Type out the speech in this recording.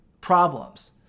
problems